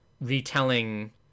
retelling